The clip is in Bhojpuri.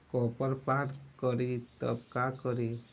कॉपर पान करी तब का करी?